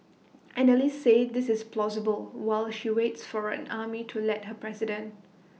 analysts say this is plausible while she waits for the army to let her be president